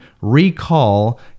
recall